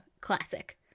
classic